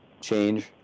change